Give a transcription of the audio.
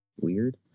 weird